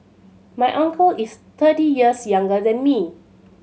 my uncle is thirty years younger than me